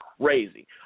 crazy